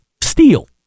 steel